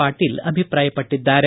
ಪಾಟೀಲ್ ಅಭಿಪ್ರಾಯಪಟ್ಟದ್ದಾರೆ